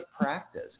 practice